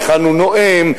היכן הוא נואם,